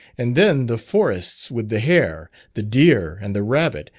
and then the forests with the hare, the deer, and the rabbit,